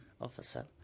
Officer